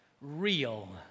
real